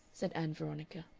said ann veronica.